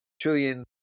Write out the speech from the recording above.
trillion